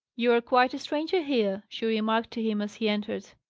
you are quite a stranger here, she remarked to him as he entered.